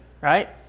right